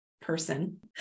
person